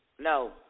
No